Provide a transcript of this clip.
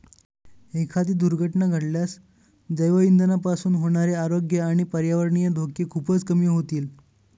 एखादी दुर्घटना घडल्यास जैवइंधनापासून होणारे आरोग्य आणि पर्यावरणीय धोके खूपच कमी होतील